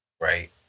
right